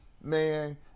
man